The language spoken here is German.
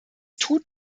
tut